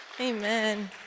Amen